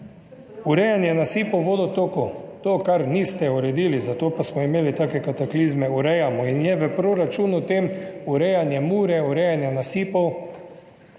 Urejanje nasipov, vodotokov, to kar niste uredili, zato pa smo imeli take kataklizme, urejamo in je v tem proračunu urejanje Mure, urejanje nasipov,